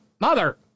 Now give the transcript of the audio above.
mother